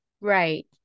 right